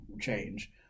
change